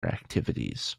activities